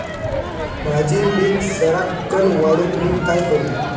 माझी पीक सराक्कन वाढूक मी काय करू?